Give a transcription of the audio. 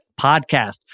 podcast